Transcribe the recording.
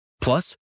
Plus